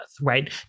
right